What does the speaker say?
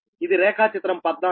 ఇది రేఖాచిత్రం 14